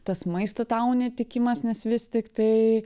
tas maisto tau netikimas nes vis tiktai